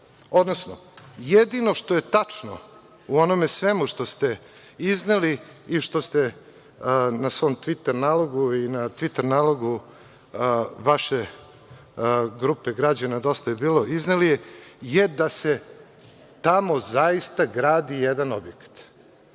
Odnosno, jedino što je tačno u onome svemu što ste izneli i što ste na svom tviter nalogu i na tviter nalogu vaše Grupe građana Dosta je bilo izneli je da se tamo zaista gradi jedan objekat. Šta